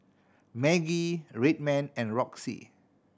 Maggi Red Man and Roxy